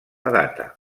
data